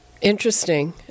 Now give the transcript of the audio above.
Interesting